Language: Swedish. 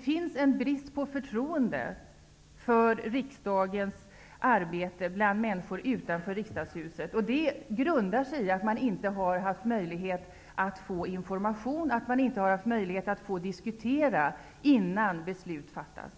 Bland människor utanför riksdagshuset finns det en brist på förtroende för riksdagsarbetet. Det grundar sig i att de inte har haft möjlighet att få information eller att få diskutera innan beslut fattas.